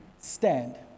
stand